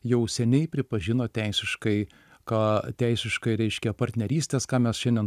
jau seniai pripažino teisiškai ką teisiškai reiškia partnerystės ką mes šiandien